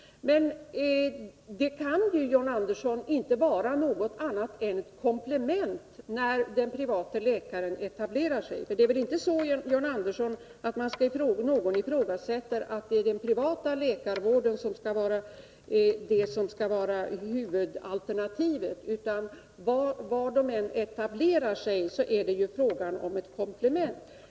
Men det kan, John Andersson, inte vara något annat än ett komplement när den privata läkaren etablerar sig. För det är väl inte så, John Andersson, att någon menar att det är den privata läkarvården som skall vara huvudalternativet, utan var han än etablerar sig är det fråga om ett komplement.